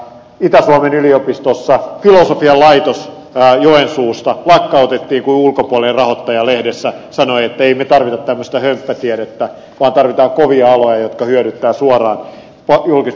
itä suomen yliopistossa filosofian laitos joensuusta lakkautettiin kun ulkopuolinen rahoittaja lehdessä sanoi että emme me tarvitse tämmöistä hömppätiedettä vaan tarvitaan kovia aloja jotka hyödyttävät suoraan julkisella puolella